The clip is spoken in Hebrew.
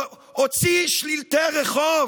הוציא שלטי רחוב